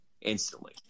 instantly